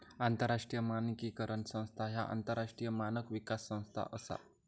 आंतरराष्ट्रीय मानकीकरण संस्था ह्या आंतरराष्ट्रीय मानक विकास संस्था असा